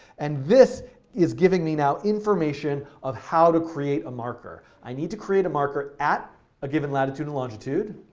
and this is giving me now information of how to create a marker. i need to create a marker at a given latitude and longitude.